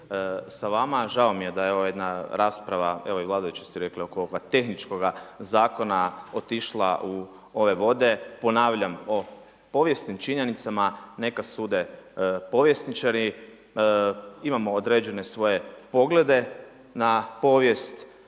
s vama, žao mi je da je ovo jedna rasprava, evo vladajući su rekli, oko ovoga tehničkoga zakona otišla u ove vode. Ponavljam o povijesnim činjenicama neka sude povjesničari. Imamo određene svoje poglede na povijest,